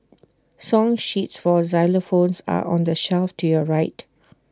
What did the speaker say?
song sheets for xylophones are on the shelf to your right